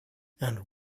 and